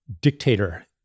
dictator